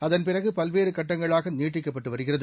அதன்பிறகு பல்வேறு கட்டங்களாக நீட்டிக்கப்பட்டு வருகிறது